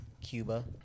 Cuba